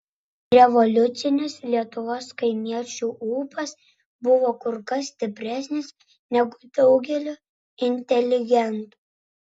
revoliucinis lietuvos kaimiečių ūpas buvo kur kas stipresnis negu daugelio inteligentų